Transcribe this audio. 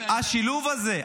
השילוב הזה.